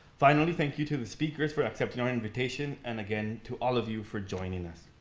finally, thank you to the speakers for accepting our invitation, and again, to all of you for joining us.